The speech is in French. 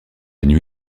nuit